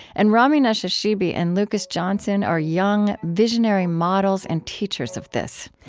and rami nashashibi and lucas johnson are young, visionary models and teachers of this.